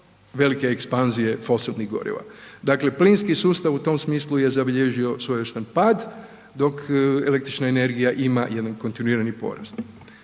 velike ekspanzije fosilnih goriva. Dakle, plinski sustav u tom smislu je zabilježio svojevrstan pad, dok električna energija ima jedan kontinuirani porast.